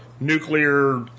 nuclear